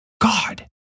God